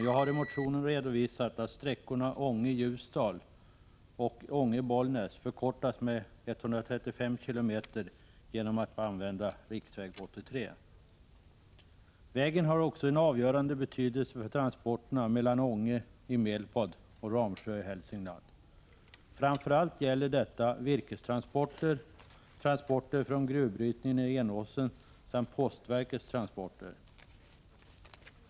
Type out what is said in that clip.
Jag har i motionen redovisat att sträckorna Ånge-Ljusdal och Ånge-Bollnäs förkortas med 135 km om man använder riksväg 83. Vägen har också en avgörande betydelse för transporterna mellan Ånge i Medelpad och Ramsjö i Hälsingland. Framför allt gäller detta virkestransporter, transporter från gruvbrytningen i Enåsen samt postverkets transporter.